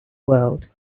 world